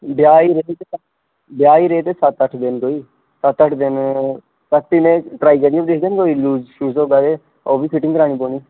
ब्याह गी ब्याह गी रेही दे सत्त अट्ठ देन सत्त अट्ठ दिन ट्राइ करियै दिक्खगा नी कोई शूज होगा ते ओह् बी फिटिंग करानी पौनी